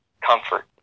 comfort